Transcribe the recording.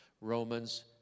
Romans